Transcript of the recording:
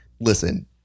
Listen